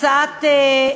(הוראת שעה)